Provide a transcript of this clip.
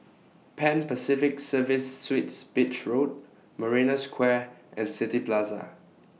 Pan Pacific Serviced Suites Beach Road Marina Square and City Plaza